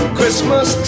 Christmas